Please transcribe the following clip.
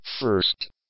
first